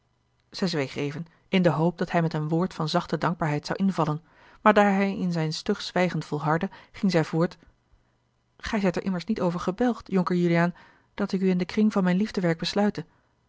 zij zweeg even in de hoop dat hij met een woord van zachte dankbaarheid zou invallen maar daar hij in zijn stug zwijgen volhardde ging zij voort gij zijt er immers niet over gebelgd jonker juliaan dat ik u in den kring van mijn liefdewerk besluite